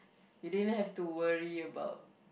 you didn't have to worry about